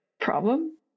problem